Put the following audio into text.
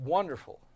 Wonderful